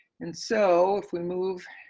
and so if we move,